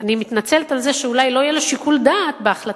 אני מתנצלת על זה שאולי לא יהיה לו שיקול דעת בהחלטה,